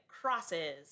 crosses